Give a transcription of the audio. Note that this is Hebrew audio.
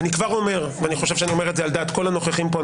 אני כבר אומר ואני חושב שאני אומר את זה על דעת כל הנוכחים פה,